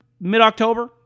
mid-October